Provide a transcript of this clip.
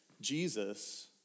Jesus